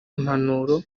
impanuro